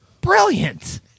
brilliant